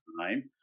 time